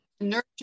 nurture